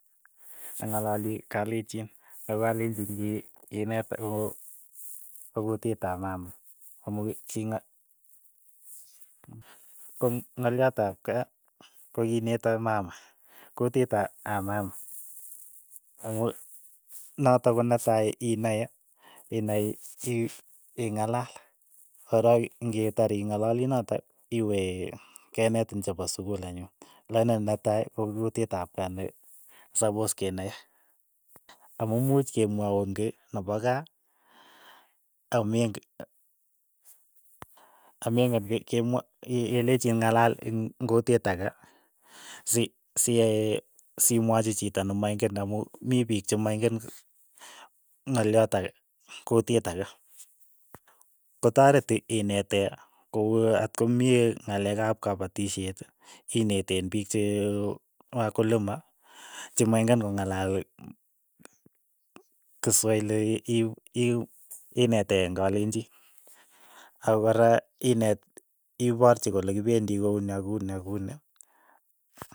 Ang'alali kalenjin, ako kalenjin ki kineto ko kokutit ap mama, amu king'a ko ng'olyot ap kaa ko kineto mama, kutit ap ap mama, ako notok ko netai inae, inai ii- i- ing'alal. korok ng'itar ing'alali notok iwe kenetin chepo sukul anyun, lakini ne tai ko kuit ap kaa ne sapos ke nae, amu much kemwaun kiy nepo kaa ameng'en, ameng'en kei kemwa ke- kelechin ng'alal ing' kutiit ake si- siyae simwachi chito nemoing'en amu mi piik chemaing'en ng'alyot ake, kutiit ake, kotaret ii- inete ko uu atkomye ng'alek ap kapatishet, ineteen piik che wakulima, chi maing'en ko ng'alal kiswaili ii- i- inetee eng' kolenjin, ak koraa ineet iparchi kole kipendi kouni ak- kuni ak kuni.